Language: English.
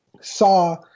saw